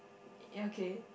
ya okay